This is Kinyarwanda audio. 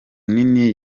nini